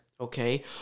okay